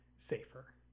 safer